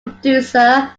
producer